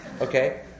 Okay